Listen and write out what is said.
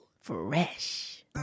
Fresh